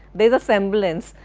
there is semblance.